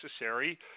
necessary